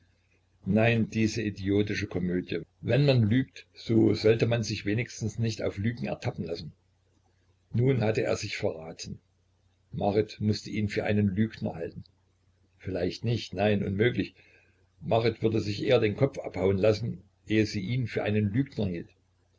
nein diese idiotische komödie wenn man lügt so sollte man sich wenigstens nicht auf lügen ertappen lassen nun hatte er sich verraten marit mußte ihn für einen lügner halten vielleicht nicht nein unmöglich marit würde sich eher den kopf abhauen lassen eh sie ihn für einen lügner hielt